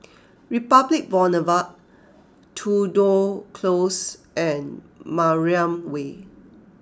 Republic Boulevard Tudor Close and Mariam Way